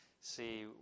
see